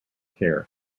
care